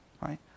Right